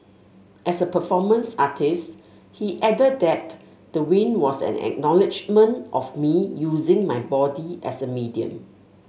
as a performance artist he added that the win was an acknowledgement of me using my body as a medium